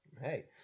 hey